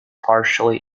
partially